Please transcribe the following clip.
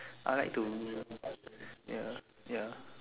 I like to ya ya